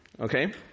okay